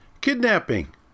kidnapping